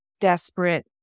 desperate